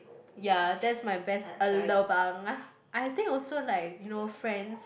ya that's my best a lobang I think also like you know friends